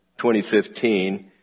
2015